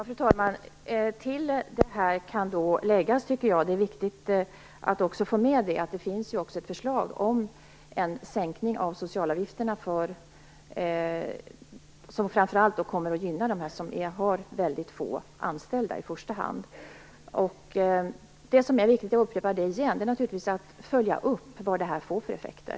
Fru talman! Det är viktigt att tillägga att det också finns ett förslag om en sänkning av socialavgifterna som framför allt kommer att gynna dem som har mycket få anställda. Jag vill upprepa att det är viktigt att följa upp vilka effekter detta får.